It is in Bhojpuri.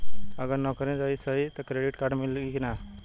अगर नौकरीन रही त क्रेडिट कार्ड मिली कि ना?